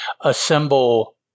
assemble